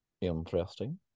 Interesting